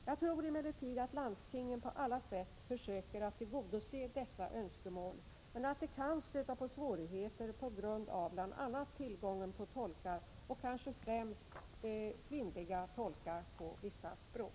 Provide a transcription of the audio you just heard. Jag tror emellertid att landstingen på alla sätt försöker att tillgodose dessa önskemål men att det kan stöta på svårigheter på grund av bl.a. tillgången på tolkar och kanske främst kvinnliga tolkar på vissa språk.